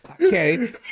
okay